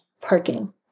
parking